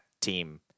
team